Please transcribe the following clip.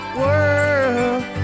world